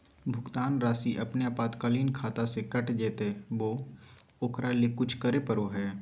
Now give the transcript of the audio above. भुक्तान रासि अपने आपातकालीन खाता से कट जैतैय बोया ओकरा ले कुछ करे परो है?